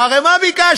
והרי מה ביקשנו?